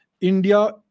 India